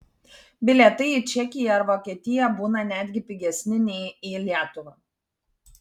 bilietai į čekiją ar vokietiją būna netgi pigesni nei į lietuvą